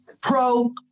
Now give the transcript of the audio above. Pro